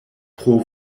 pro